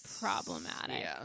Problematic